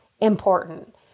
important